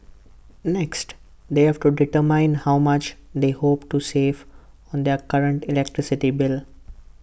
next they have to determine how much they hope to save on their current electricity bill